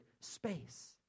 space